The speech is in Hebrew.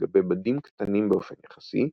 על גבי בדים קטנים באופן יחסי,